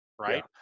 right